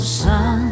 sun